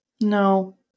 no